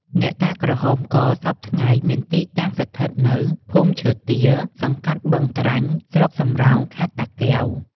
អ្នកតាក្រហមកសព្វថ្ងៃមានទីតាំងស្ថិតនៅ ភូមិឈើទាល សង្កាត់បឹងត្រាញ់ ស្រុកសំរោង ខែត្រ តាកែវ ។